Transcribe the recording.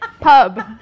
pub